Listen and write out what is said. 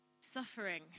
suffering